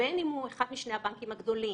- בין אם הוא אחד משני הבנקים הגדולים,